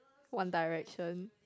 One Direction